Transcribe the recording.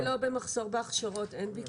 הבעיה היא לא במחסור בהכשרות, אין ביקוש.